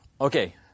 Okay